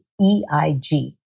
EIG